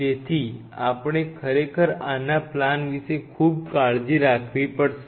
તેથી આપણે ખરેખર આના પ્લાન વિશે ખૂબ કાળજી રાખવી પડશે